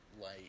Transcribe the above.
light